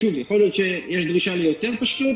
שוב, יכול להיות שיש דרישה ליותר פשטות.